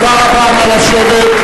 רבותי, חבר כנסת חדש מצטרף